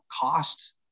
cost